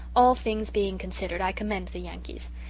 all things being considered i commend the yankees.